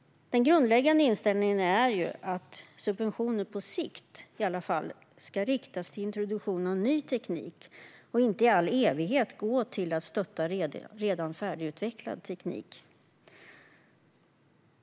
Den grundläggande inställningen är att subventioner, i alla fall på sikt, ska riktas till introduktion av ny teknik och inte i all evighet gå till att stötta redan färdigutvecklad teknik.